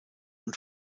und